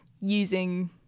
using